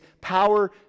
power